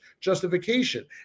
justification